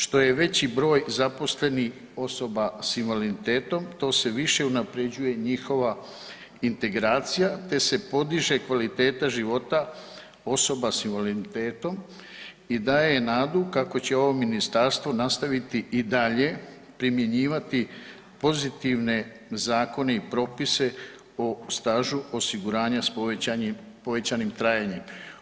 Što je veći broj zaposlenih osoba sa invaliditetom to se više unaprjeđuje njihova integracija te se podiže kvaliteta života osoba sa invaliditetom i daje nadu kako će ovo ministarstvo nastaviti i dalje primjenjivati pozitivne zakone i propise o stažu osiguranja sa povećanim trajanjem.